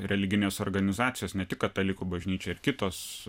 religinės organizacijos ne tik katalikų bažnyčia ir kitos